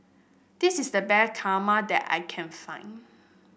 this is the best kurmada that I can find